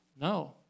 No